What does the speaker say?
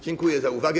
Dziękuję za uwagę.